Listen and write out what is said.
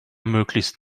möglichst